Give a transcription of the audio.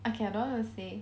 okay I don't want to say